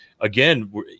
again